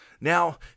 Now